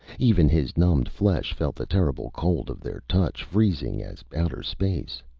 even his numbed flesh felt the terrible cold of their touch, freezing as outer space.